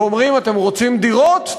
ואומרים: אתם רוצים דירות?